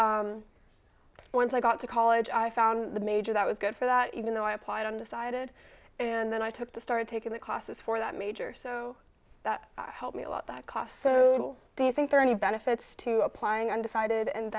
and once i got to college i found the major that was good for that even though i applied undecided and then i took the started taking the classes for that major so that helped me a lot that cost so do you think there are any benefits to applying undecided and